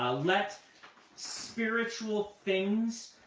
ah let spiritual things